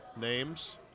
Names